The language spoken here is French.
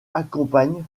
accompagne